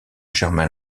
germain